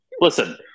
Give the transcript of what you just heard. Listen